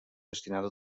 destinada